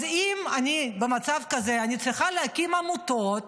אז אם אני במצב כזה, אני צריכה להקים עמותות